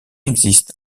existe